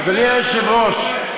אדוני היושב-ראש,